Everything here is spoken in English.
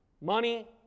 money